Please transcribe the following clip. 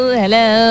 hello